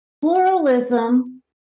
Pluralism